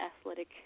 athletic